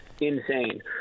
insane